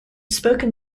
spoken